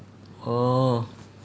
oh